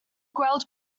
gweld